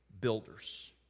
builders